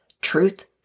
truth